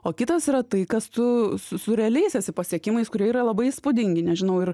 o kitas yra tai kas tu su su realiais esi pasiekimais kurie yra labai įspūdingi nežinau ir